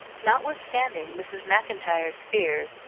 notwithstanding mrs. maclntyre's fears,